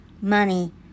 money